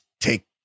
take